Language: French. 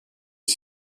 est